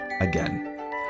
again